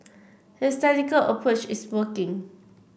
his tactical approach is working